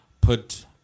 put